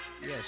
yes